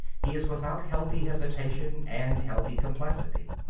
he is without healthy hesitation and healthy complexity.